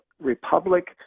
republic